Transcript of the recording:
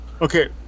Okay